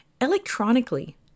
electronically